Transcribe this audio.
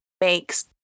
makes